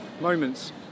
moments